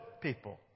people